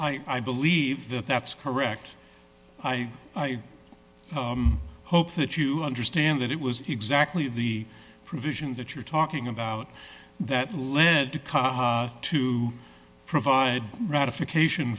well i believe that that's correct i hope that you understand that it was exactly the provision that you're talking about that led to come to provide ratification